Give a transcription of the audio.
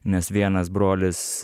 nes vienas brolis